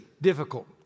difficult